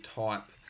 type